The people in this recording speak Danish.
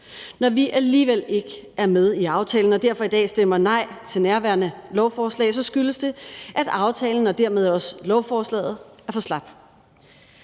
Når vi alligevel ikke er med i aftalen og derfor i dag siger nej til nærværende lovforslag, skyldes det, at aftalen og dermed også lovforslaget er for slappe.